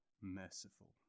merciful